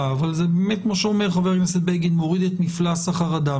אבל כמו שאומר חבר הכנסת בגין זה מוריד את מפלס החרדה.